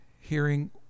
hearing